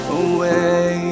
away